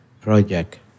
project